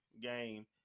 game